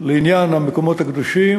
לעניין המקומות הקדושים,